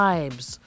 Vibes